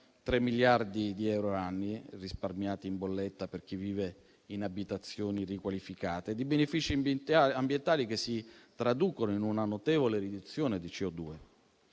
3 miliardi di euro l'anno risparmiati in bolletta per chi vive in abitazioni riqualificate e di benefici ambientali, che si traducono in una notevole riduzione di CO2.